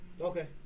Okay